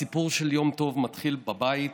הסיפור של יום טוב מתחיל בבית,